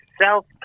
self